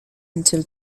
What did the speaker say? until